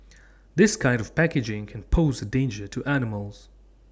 this kind of packaging can pose A danger to animals